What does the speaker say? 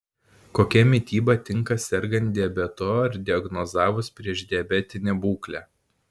kokia mityba tinka sergant diabetu ar diagnozavus priešdiabetinę būklę